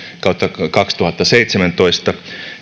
kautta kaksituhattaseitsemäntoista